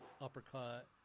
uppercut